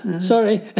Sorry